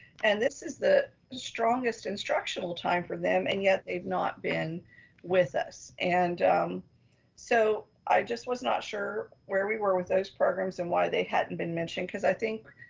and this is the strongest instructional time for them. and yet they've not been with us. and so i just was not sure where we were with those programs and why they hadn't been mentioned. cause i think,